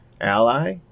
ally